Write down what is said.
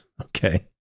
Okay